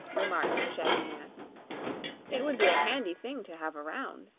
remarked the shaggy man it would be a handy thing to have around.